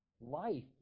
life